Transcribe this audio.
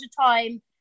time